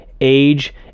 age